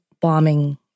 bombing